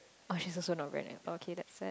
oh she's also not very ni~ oh okay that's sad